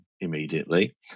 immediately